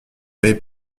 paie